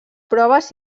proves